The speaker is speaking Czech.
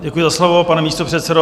Děkuji za slovo, pane místopředsedo.